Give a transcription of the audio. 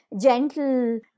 gentle